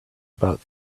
about